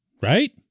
right